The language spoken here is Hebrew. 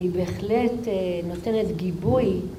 שלום ותודה